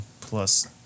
plus